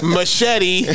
Machete